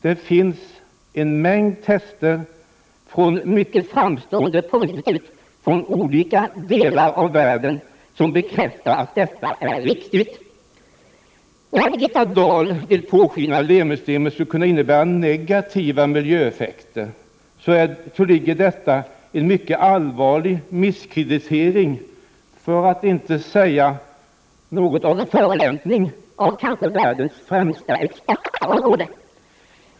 Det finns en mängd tester från mycket framstående provinstitut i olika delar av världen som bekräftar att detta är riktigt. När Birgitta Dahl vill låta påskina att Lemi-systemet skulle kunna innebära negativa miljöeffekter ligger i detta en mycket allvarlig misskreditering, för att inte säga förolämpning, av världens kanske främsta experter på detta område.